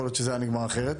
יכול להיות שזה היה נגמר אחרת.